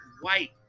White